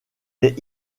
est